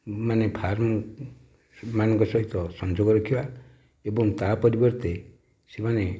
ମାନେ ଫାର୍ମ ସେମାନଙ୍କ ସହିତ ସଂଯୋଗ ରଖିବା ଏବଂ ତା ପରିବର୍ତ୍ତେ ସେମାନେ